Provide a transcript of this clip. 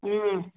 ಹ್ಞೂ